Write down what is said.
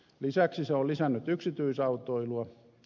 lisäksi se on lisännyt yksityisautoilua